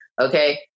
Okay